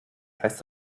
heißt